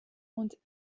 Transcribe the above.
want